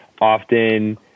often